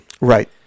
Right